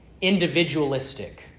individualistic